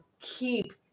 keep